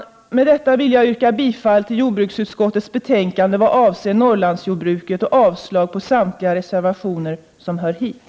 Med detta vill jag yrka bifall till jordbruksutskottets hemställan vad avser Norrlandsjordbruket och avslag på samtliga reservationer i det avseendet.